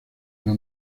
una